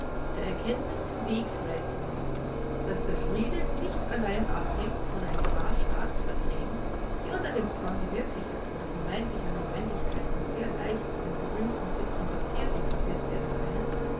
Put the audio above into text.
der erkenntnis den weg frei zu machen daß der friede nicht allein abhängt von ein paar staatsverträgen die unter dem zwange wirklicher oder vermeintlicher notwendigkeiten sehr leicht zu dem berühmten fetzen papier degradiert werden können